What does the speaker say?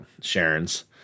Sharon's